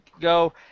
go